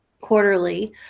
quarterly